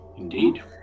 Indeed